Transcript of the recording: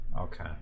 Okay